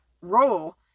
role